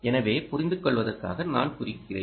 எனவே புரிந்து கொள்வதற்காக நான் குறிக்கிறேன்